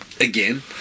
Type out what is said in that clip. again